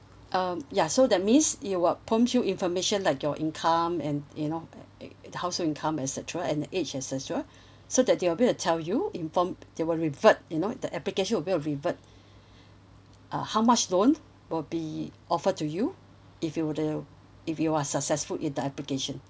um ya so that means it will prompt you information like your income and you know uh uh household income et cetera and the age et cetera sure so that they will be able to tell you inform they will revert you know the application will be able to revert uh how much loan will be offered to you if you were to if you are successful in the application